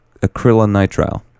acrylonitrile